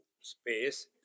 space